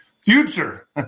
future